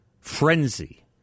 frenzy